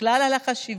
בכלל על החשיבה.